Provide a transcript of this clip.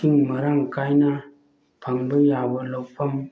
ꯏꯁꯤꯡ ꯃꯔꯥꯡ ꯀꯥꯏꯅ ꯐꯪꯕ ꯌꯥꯕ ꯂꯧꯐꯝ